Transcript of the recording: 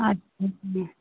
अच्छा